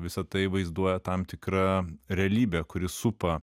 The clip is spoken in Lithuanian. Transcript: visa tai vaizduoja tam tikra realybė kuri supa